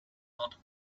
not